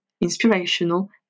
inspirational